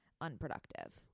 unproductive